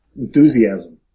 enthusiasm